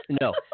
no